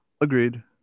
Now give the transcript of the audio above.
Agreed